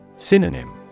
Synonym